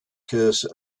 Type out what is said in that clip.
cursor